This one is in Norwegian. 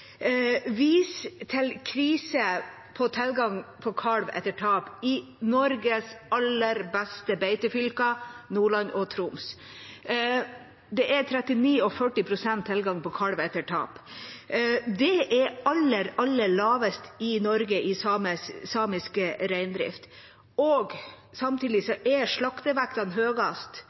til krise i tilgangen på kalv etter tap i Norges aller beste beitefylker, Nordland og Troms. Det er 39 pst. og 40 pst. tilgang på kalv etter tap. Det er den aller laveste andelen i Norge innenfor samisk reindrift. Samtidig er slaktevekten i den samiske